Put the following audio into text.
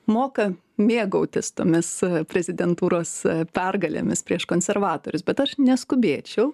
moka mėgautis tomis prezidentūros pergalėmis prieš konservatorius bet aš neskubėčiau